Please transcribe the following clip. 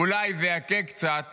אולי זה יקהה קצת